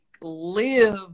live